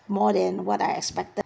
more than what I expected